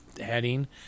heading